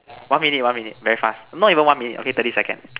one minute one minute very fast not even one minute okay thirty second